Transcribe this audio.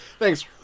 Thanks